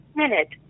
minute